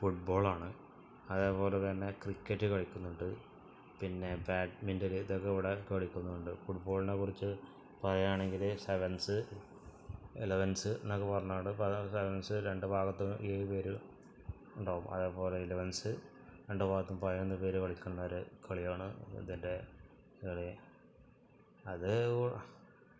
ഫുട്ബോളാണ് അതേപോലെ തന്നെ ക്രിക്കറ്റ് കളിക്കുന്നുണ്ട് പിന്നെ ബാഡ്മിൻ്റല് ഇതൊക്കെ ഇവിടെ കളിക്കുന്നുണ്ട് ഫുട്ബോളിനെക്കുറിച്ച് പറയുകയാണെങ്കില് സെവൻസ് എലവെൻസ് എന്നൊക്കെ പറഞ്ഞാണ്ട് പല സെവൻസ് രണ്ട് ഭാഗത്ത് ഏഴ് പേര് ഉണ്ടാവും അതേപോലെ ഇലവൻസ് രണ്ടുഭാഗത്തും പതിനൊന്ന് പേര് കളിക്കുന്നൊരു കളിയാണ് ഇതിൻ്റെ കളി അത്